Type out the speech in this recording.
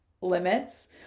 limits